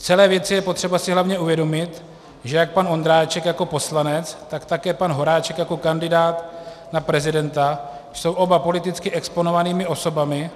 V celé věci je potřeba si hlavně uvědomit, že jak pan Ondráček jako poslanec, tak také pan Horáček jako kandidát na prezidenta jsou oba politicky exponovanými osobami,